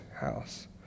house